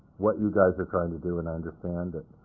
what you guys are trying to do, and i understand it.